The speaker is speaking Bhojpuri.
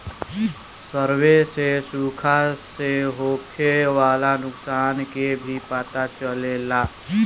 सर्वे से सुखा से होखे वाला नुकसान के भी पता चलेला